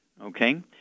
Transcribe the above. okay